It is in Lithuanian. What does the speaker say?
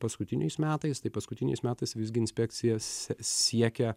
paskutiniais metais tai paskutiniais metais visgi inspekcija s siekia